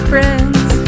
friends